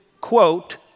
quote